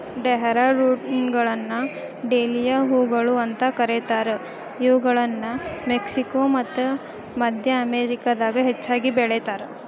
ಡೇರೆದ್ಹೂಗಳನ್ನ dahlia ಹೂಗಳು ಅಂತ ಕರೇತಾರ, ಇವುಗಳನ್ನ ಮೆಕ್ಸಿಕೋ ಮತ್ತ ಮದ್ಯ ಅಮೇರಿಕಾದಾಗ ಹೆಚ್ಚಾಗಿ ಬೆಳೇತಾರ